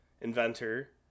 inventor